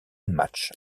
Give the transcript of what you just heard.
match